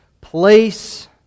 place